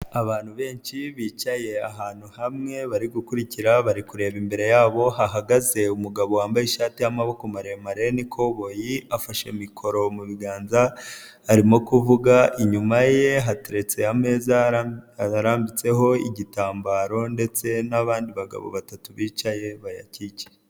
Abantu benshi bicaye ahantu hamwe, bari gukurikira bari, kureba imbere yabo hahagaze umugabo wambaye ishati y'amaboko maremare n'ikoboyi, afashe mikoro mu biganza arimo kuvuga, inyuma ye hateretse ameza arambitseho igitambaro, ndetse n'abandi bagabo batatu bicaye bayakikiye.